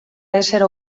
ésser